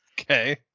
Okay